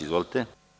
Izvolite.